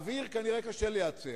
אוויר כנראה קשה לייצר,